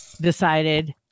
decided